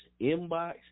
inbox